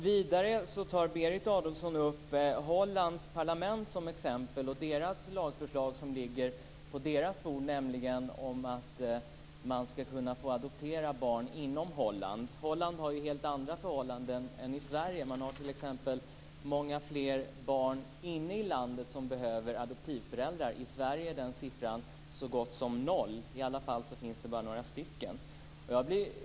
Fru talman! Berit Adolfsson tar vidare upp Hollands parlament som exempel. Det lagförslag som ligger på deras bord handlar om att man ska kunna få adoptera barn inom Holland. I Holland har man ju helt andra förhållanden än i Sverige. Man har t.ex. många fler barn inne i landet som behöver adoptivföräldrar. I Sverige är den siffran så gott som noll. Det finns bara några få.